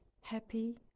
happy